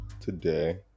Today